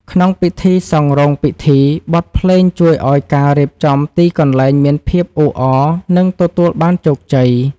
ក្នុងពិធីសង់រោងពិធី បទភ្លេងជួយឱ្យការរៀបចំទីកន្លែងមានភាពអ៊ូអរ និងទទួលបានជោគជ័យ។